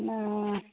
ନାଁ